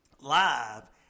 live